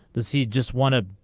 does he just want to.